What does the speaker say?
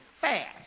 fast